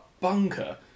bunker